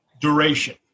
duration